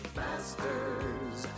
masters